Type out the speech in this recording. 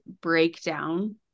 breakdown